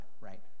right